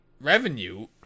revenue